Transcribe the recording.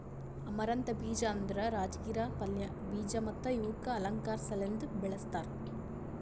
amaranth ಬೀಜ ಅಂದುರ್ ರಾಜಗಿರಾ ಪಲ್ಯ, ಬೀಜ ಮತ್ತ ಇವುಕ್ ಅಲಂಕಾರ್ ಸಲೆಂದ್ ಬೆಳಸ್ತಾರ್